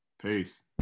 Peace